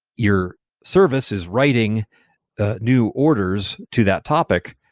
your services writing new orders to that topic,